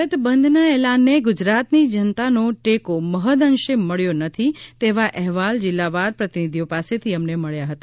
ભારત બંધના એલાનને ગુજરાતની જનતાનો ટેકો મહદ અંશે મળ્યો નથી તેવા અહેવાલ જીલ્લાવાર પ્રતિનિધિઓ પાસેથી મળ્યા છે